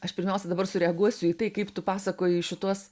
aš pirmiausia dabar sureaguosiu į tai kaip tu pasakoji šituos